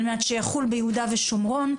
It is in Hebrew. על מנת שיחול ביהודה ושומרון,